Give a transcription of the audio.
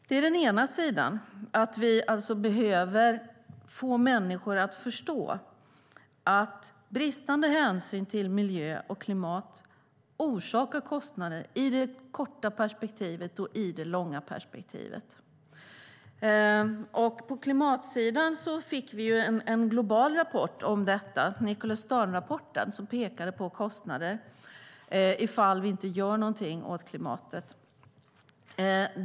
Det är den ena sidan, alltså att vi behöver få människor att förstå att bristande hänsyn till miljö och klimat orsakar kostnader i kort och långt perspektiv. På klimatsidan fick vi en global rapport, Nicholas Stern-rapporten, som pekade på kostnader om vi inte gör något åt klimatet.